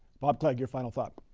bob clegg, your final thought.